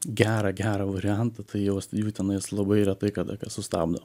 gerą gerą variantą tai jos jų tenais labai retai kada kas sustabdo